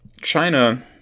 China